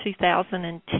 2010